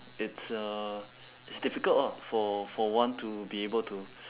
it's uh it's difficult ah for for one to be able to